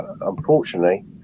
unfortunately